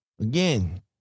again